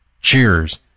Cheers